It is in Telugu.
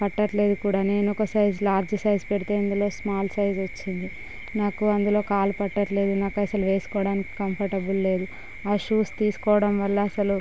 పట్టట్లేదు కూడా నేను ఒక సైజ్ లార్జ్ సైజ్ పెడితే స్మాల్ సైజ్ వచ్చింది నాకు అందులో కళ్ళు పట్టట్లేదు నాకు అసలు వేసుకోవడానికి కంఫర్టబుల్ లేదు ఆ షూస్ తీసుకోవడం వల్ల అసలు